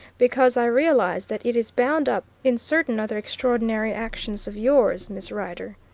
because i realise that it is bound up in certain other extraordinary actions of yours, miss rider.